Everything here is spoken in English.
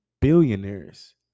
billionaires